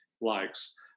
likes